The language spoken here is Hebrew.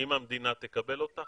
אם המדינה תקבל אותך כן.